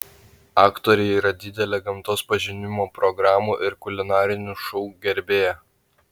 aktorė yra didelė gamtos pažinimo programų ir kulinarinių šou gerbėja